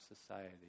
society